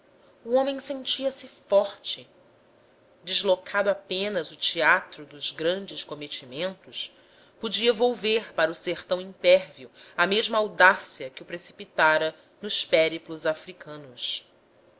o homem sentia-se forte deslocado apenas o teatro dos grandes cometimentos podia volver para o sertão impérvio a mesma audácia que o precipitara nos périplos africanos